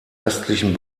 östlichen